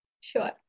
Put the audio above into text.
Sure